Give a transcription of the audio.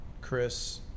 Chris